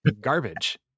garbage